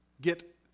get